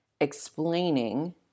explaining